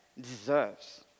deserves